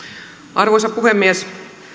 arvoisa puhemies